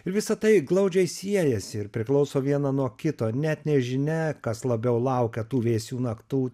ir visa tai glaudžiai siejasi ir priklauso viena nuo kito net nežinia kas labiau laukia tų vėsių naktų